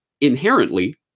inherently